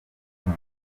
goma